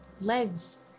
legs